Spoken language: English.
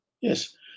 yes